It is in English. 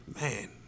man